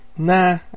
Nah